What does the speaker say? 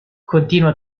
continua